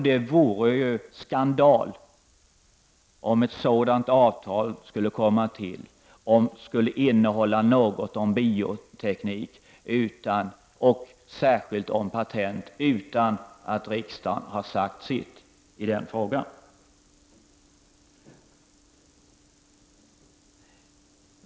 Det vore ju skandal om ett sådant avtal skulle komma till och skulle innehålla något om bioteknik och särskilt patent utan att riksdagen har sagt sitt i den frågan.